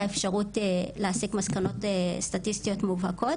אפשרות להסיק מסקנות סטטיסטיות מובהקות.